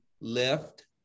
left